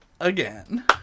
again